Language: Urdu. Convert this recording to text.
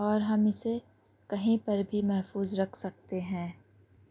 اور ہم اسے کہیں پر بھی محفوظ رکھ سکتے ہیں